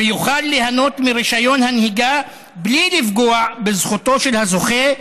ויוכל ליהנות מרישיון הנהיגה בלי לפגוע בזכותו של הזוכה,